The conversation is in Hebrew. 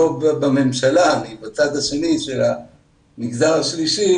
עובד בממשלה אלא אני בצד השני של המגזר השלישי